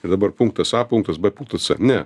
ir dabar punktas a punktas b putas ne